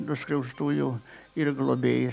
nuskriaustųjų ir globėjas